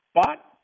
Spot